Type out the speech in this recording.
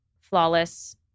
Flawless